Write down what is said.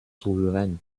souveraine